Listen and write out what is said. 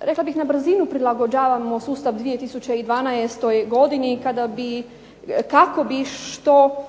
rekla bih na brzinu prilagođavamo sustav 2012. godini kako bi što